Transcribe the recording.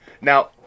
Now